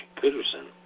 Peterson